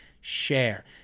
Share